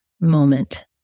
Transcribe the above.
moment